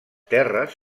terres